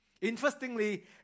Interestingly